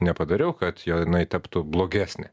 nepadariau kad jo jinai taptų blogesnė